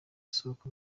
isohoka